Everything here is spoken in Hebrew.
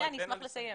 זו